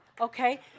Okay